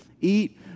eat